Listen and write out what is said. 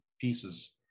pieces